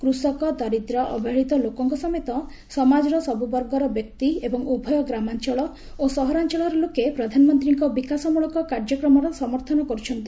କୃଷକ ଦରିଦ୍ର ଅବହେଳିତ ଲୋକଙ୍କ ସମେତ ସମାଜର ସବ୍ରବର୍ଗର ବ୍ୟକ୍ତି ଏବଂ ଉଭୟ ଗ୍ରାମାଞ୍ଚଳ ଓ ସହରାଞ୍ଚଳର ଲୋକେ ପ୍ରଧାନମନ୍ତ୍ରୀଙ୍କ ବିକାଶମ୍ଭଳକ କାର୍ଯ୍ୟକ୍ରମର ସମର୍ଥନ କରୁଛନ୍ତି